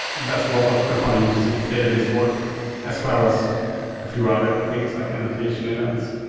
that's what what grafana uses its database for as as well as a few other things, like annotation events.